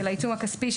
של העיצום הכספי,